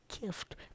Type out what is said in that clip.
gift